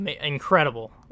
incredible